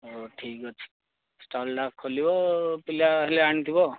ହଉ ଠିକ୍ ଅଛି ଷ୍ଟଲ୍ଟା ଖୋଲିବ ପିଲା ହେଲେ ଆଣିଥିବ